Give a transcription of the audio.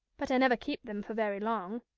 but i never keep them for very long.